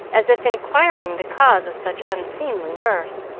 as if inquiring the cause of such unseemly mirth.